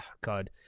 god